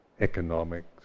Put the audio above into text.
economics